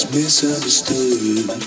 Misunderstood